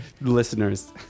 listeners